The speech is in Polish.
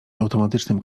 automatycznym